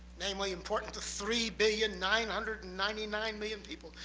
namely important to three billion nine hundred and ninety nine million people,